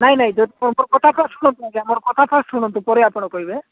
ନାଇଁ ନାଇଁ ଯଦି ପରେ ଆପଣ କହିବେ